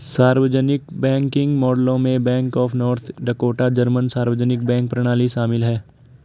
सार्वजनिक बैंकिंग मॉडलों में bank of North Dakota German सार्वजनिक बैंक प्रणाली शामिल है